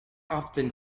often